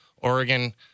Oregon